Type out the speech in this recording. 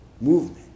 movement